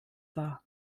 war